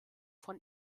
von